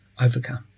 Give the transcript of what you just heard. overcome